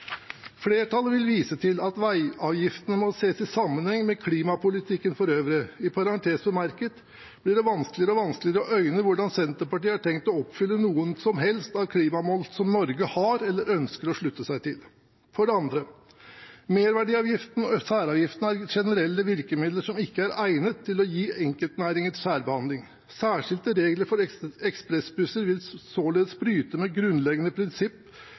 Flertallet vil vise til at veiavgiftene må ses i sammenheng med klimapolitikken for øvrig – i parentes bemerket blir det vanskeligere og vanskeligere å øyne hvordan Senterpartiet har tenkt å oppfylle noe som helst av klimamål som Norge har eller ønsker å slutte seg til. For det andre: Merverdiavgiften og særavgiftene er generelle virkemidler som ikke er egnet til å gi enkeltnæringer særbehandling. Særskilte regler for ekspressbusser vil således bryte med grunnleggende prinsipp